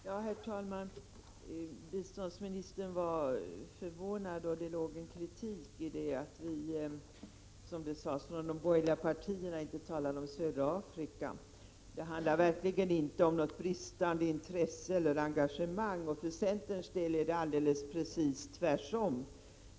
Herr talman! Biståndsministern var förvånad, och det låg en kritik i det hon sade, att vi från de borgerliga partierna inte talade om södra Afrika. Det handlar verkligen inte om bristande intresse och engagemang. För centerns del är det precis tvärtom!